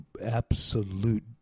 absolute